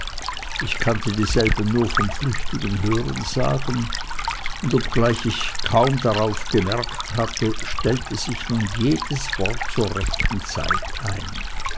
ich kannte dieselben nur vom flüchtigen hörensagen und obgleich ich kaum darauf gemerkt hatte stellte sich nun jedes wort zur rechten zeit ein